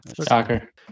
soccer